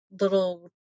little